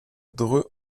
dreux